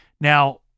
Now